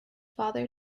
father